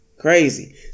Crazy